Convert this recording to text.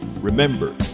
Remember